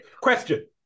Question